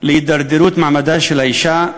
להידרדרות מעמדה של האישה,